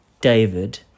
David